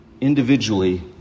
individually